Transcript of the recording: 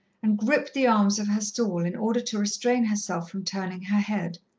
and gripped the arms of her stall in order to restrain herself from turning her head.